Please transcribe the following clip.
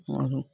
और